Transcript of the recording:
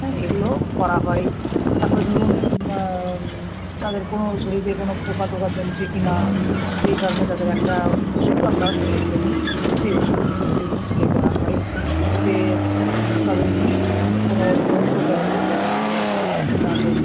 হ্যাঁ এগুলো করা হয় তারপরে ধরুন তাদের কোনো শরীরে কোনো পোকা টোকা জমছে কি না সেই কারণে তাদের একটা ওষুধ আমরা স্প্রে করি সেই ওষুধ প্রত্যেকদিন স্প্রে করা হয় এতে তাদের কী কোনো লোমকূপের কোনো ক্ষতি হয় না কোনো কীটনাশক